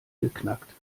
geknackt